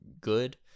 good